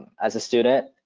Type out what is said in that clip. as a student,